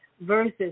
versus